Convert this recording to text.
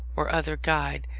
or other guide,